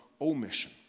omission